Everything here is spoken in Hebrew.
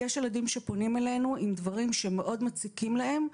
יש ילדים שפונים אלינו עם דברים שמאוד מציקים להם,